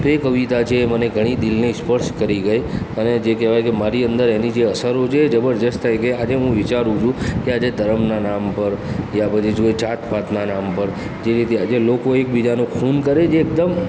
તો એ કવિતા છે એ મને ઘણી દિલને સ્પર્શ કરી ગઇ અને જે કહેવાય કે મારી અંદર એની જે અસરો છે જબરદસ્ત થાય કે આજે હું વિચારું છું કે આજે ધર્મનાં નામ પર યા પછી જુએ જાત પાતનાં નામ પર જે રીતે આજે લોકો એકબીજાનું ખૂન કરે છે એકદમ